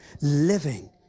living